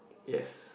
yes